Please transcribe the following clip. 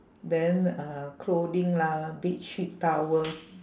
then uh clothing lah bed sheet towel